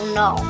no